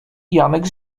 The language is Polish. janek